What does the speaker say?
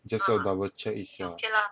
I just want to double check 一下